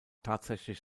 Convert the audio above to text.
tatsächlich